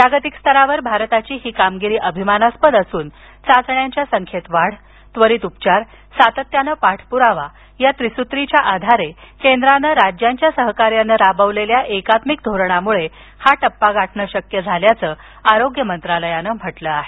जागतिक स्तरावर भारताची ही कामगिरी अभिमानास्पद असून चाचण्याच्या संख्येत वाढ त्वरित उपचार सातत्यानं पाठपुरावा या त्रिसूत्रीच्या आधारे केंद्रानं राज्यांच्या सहकार्यानं राबवलेल्या एकात्मिक धोरणामुळे हा टप्पा गाठणं शक्य झाल्याचं आरोग्य मंत्रालयानं म्हटलं आहे